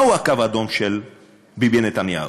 מהו הקו האדום של ביבי נתניהו?